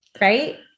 right